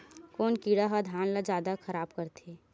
कोन कीड़ा ह धान ल जादा खराब करथे?